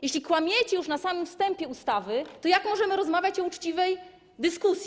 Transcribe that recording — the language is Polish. Jeśli kłamiecie już na samym wstępie ustawy, to jak możemy rozmawiać o uczciwej dyskusji?